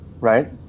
right